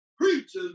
preachers